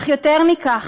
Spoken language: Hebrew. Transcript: אך יותר מכך,